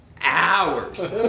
hours